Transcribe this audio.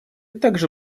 также